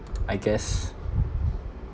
I guess